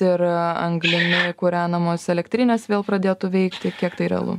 ir anglimi kūrenamos elektrinės vėl pradėtų veikti kiek tai realu